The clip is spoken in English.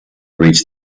reached